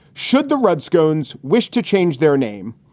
should the redskins wish to change their name?